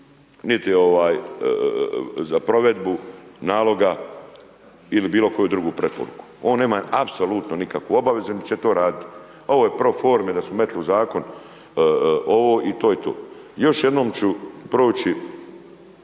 niti za provedbu naloga ili bilo koju drugu preporuku, on nema apsolutno nikakvu obavezu, niti će to radit, ovo je pro forme da su metili u zakon ovo i to je to. Još jednom ću proći